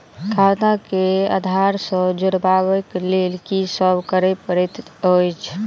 खाता केँ आधार सँ जोड़ेबाक लेल की सब करै पड़तै अछि?